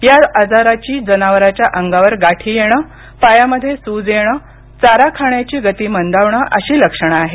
या आजाराची जनावराच्या अंगावर गाठी येण पायामध्ये सूज येण चारा खाण्याची गती मंदावणं अशी लक्षणं आहेत